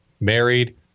married